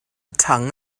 tongue